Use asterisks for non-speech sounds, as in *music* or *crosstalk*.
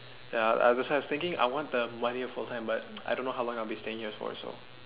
ya that's why I was thinking I want the one year full time but *noise* I don't know how long I'll be staying here for so